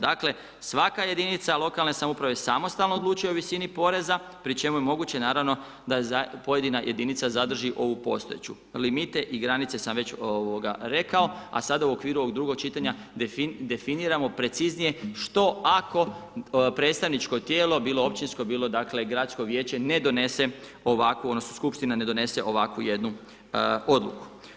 Dakle, svaka jedinica lokalne samouprave samostalno odlučuje o visini poreza pri čemu je moguće naravno da pojedina jedinica zadrži ovu postojeću, limite i granice sam već rekao a sada u okviru ovog drugog čitanja definiramo preciznije što ako predstavničko tijelo bilo općinsko, bilo dakle gradsko vijeće ne donese ovakvu, odnosno skupština ne donese ovakvu jednu odluku.